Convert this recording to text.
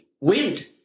wind